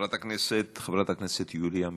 חברת הכנסת יוליה מלינובסקי,